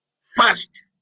fast